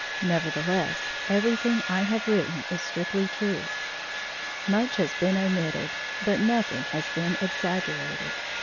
nevertheless everything i have written is strictly true much has been omitted, but nothing has been exaggerated.